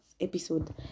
episode